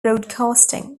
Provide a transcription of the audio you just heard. broadcasting